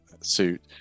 suit